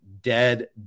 dead